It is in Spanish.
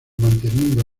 manteniendo